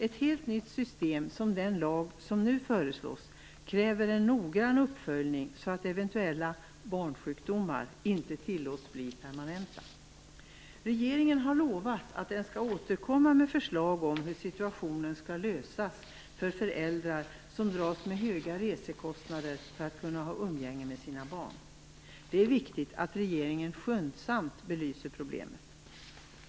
Ett helt nytt system som den lag som nu föreslås kräver en noggrann uppföljning så att eventuella barnsjukdomar inte tillåts bli permanenta. Regeringen har lovat att återkomma med förslag om hur situationen skall lösas för föräldrar som dras med höga resekostnader för att kunna ha umgänge med sina barn. Det är viktigt att regeringen skyndsamt belyser problemet.